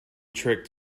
trick